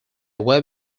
web